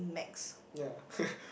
yeah